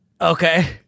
Okay